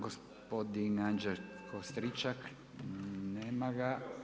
Gospodin Anđelko Stričak, nema ga.